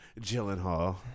Gyllenhaal